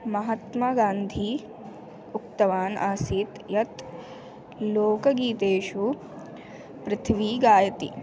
महात्मागान्धी उक्तवान् आसीत् यत् लोकगीतेषु पृथ्वी गायति